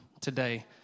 today